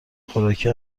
خوراکی